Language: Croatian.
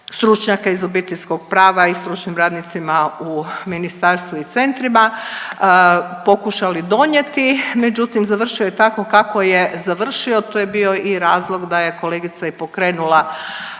stručnjaka iz obiteljskog prava i stručnim radnicima u ministarstvu i centrima pokušali donijeti, međutim završio je tako kako je završio, to je bio i razlog da je kolegica i pokrenula